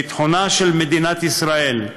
היא ביטחונה של מדינת ישראל,